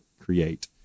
create